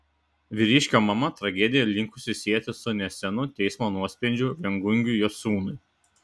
vyriškio mama tragediją linkusi sieti su nesenu teismo nuosprendžiu viengungiui jos sūnui